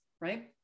right